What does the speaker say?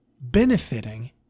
benefiting